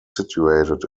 situated